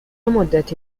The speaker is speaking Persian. مدتی